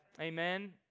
Amen